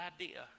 idea